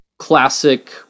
classic